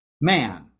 man